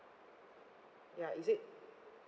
ya is it